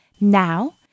Now